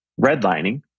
redlining